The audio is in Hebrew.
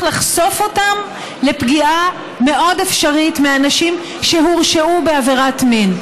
לחשוף אותם לפגיעה מאוד אפשרית מאנשים שהורשעו בעבירת מין?